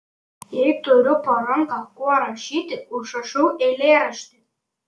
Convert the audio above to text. jei turiu po ranka kuo rašyti užrašau eilėraštį